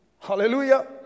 Hallelujah